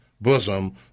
bosom